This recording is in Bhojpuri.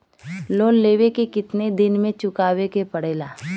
लोन लेवे के कितना दिन मे चुकावे के पड़ेला?